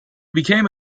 became